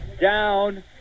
down